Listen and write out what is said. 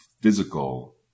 physical